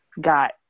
got